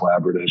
collaborative